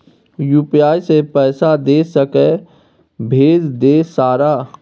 UPI से पैसा दे सके भेज दे सारा?